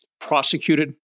prosecuted